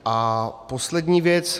A poslední věc.